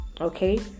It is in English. okay